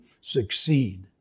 succeed